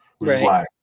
Right